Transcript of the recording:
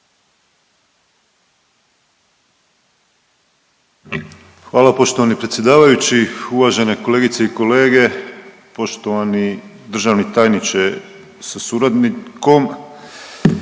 Hvala poštovani predsjedavajući. Uvažene kolegice i kolege, poštovani državni tajniče sa suradnikom,